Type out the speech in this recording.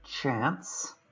chance